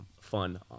fun